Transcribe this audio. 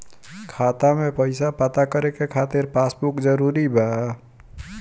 खाता में पईसा पता करे के खातिर पासबुक जरूरी बा?